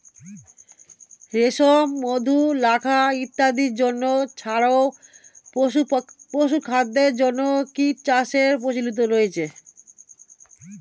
রেশম, মধু, লাক্ষা ইত্যাদির জন্য ছাড়াও পশুখাদ্যের জন্য কীটচাষের প্রচলন রয়েছে